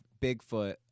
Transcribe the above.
Bigfoot